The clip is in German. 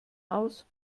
aus